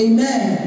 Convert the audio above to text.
Amen